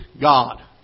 God